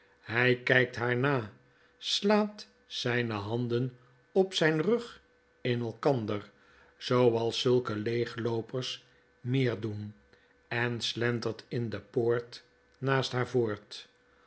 hy kijkt haar na slaat zijne handen op zyn rug in elkander zooals zulke leegloopers meer doen en slentert in de poort naast haar voort